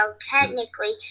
technically